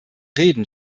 reden